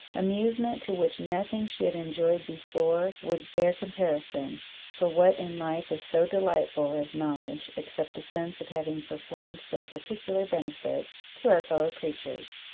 amusement to which nothing she had enjoyed before would bear comparison for what in life is so delightful as knowledge, except the sense of having performed some particular benefit to our fellow-creatures?